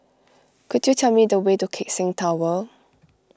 could you tell me the way to Keck Seng Tower